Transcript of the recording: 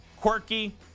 quirky